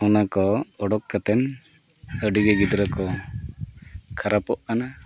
ᱚᱱᱟ ᱠᱚ ᱩᱰᱩᱠ ᱠᱟᱛᱮᱫ ᱟᱹᱰᱤᱜᱮ ᱜᱤᱫᱽᱨᱟᱹ ᱠᱚ ᱠᱷᱟᱨᱟᱯᱚᱜ ᱠᱟᱱᱟ